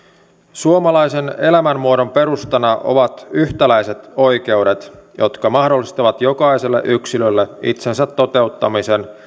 suomalaisen elämänmuodon perustana ovat yhtäläiset oikeudet jotka mahdollistavat jokaiselle yksilölle itsensä toteuttamisen